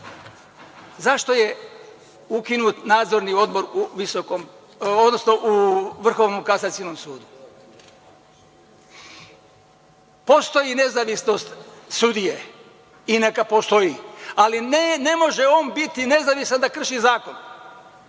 zašto je ukinut nadzorni odbor u Vrhovnom kasacionom sudu? Postoji nezavisnost sudije, i neka postoji, ali ne može on biti nezavistan da krši zakon.